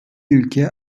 ülke